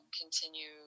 continue